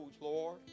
Lord